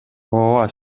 ооба